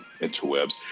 interwebs